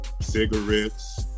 cigarettes